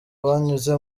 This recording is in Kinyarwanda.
banyuze